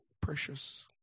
precious